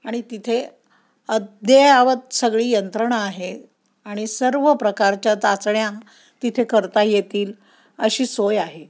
आणि तिथे अद्ययावत सगळी यंत्रणा आहे आणि सर्व प्रकारच्या चाचण्या तिथे करता येतील अशी सोय आहे